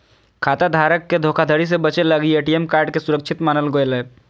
खाता धारक के धोखाधड़ी से बचे लगी ए.टी.एम कार्ड के सुरक्षित मानल गेलय